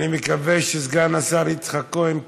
אני מקווה שסגן השר יצחק כהן כאן,